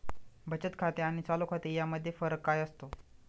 बचत खाते आणि चालू खाते यामध्ये फरक काय असतो?